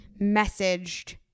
messaged